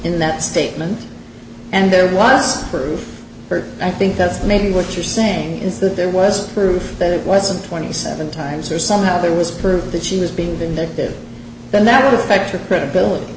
in that statement and there was proof i think that's maybe what you're saying is that there was proof that it wasn't twenty seven times or somehow there was proof that she was being vindictive then that would affect her credibility